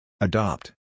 Adopt